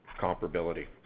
comparability